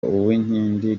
uwinkindi